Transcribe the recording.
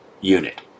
unit